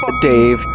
Dave